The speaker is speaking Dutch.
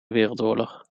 wereldoorlog